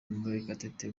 murekatete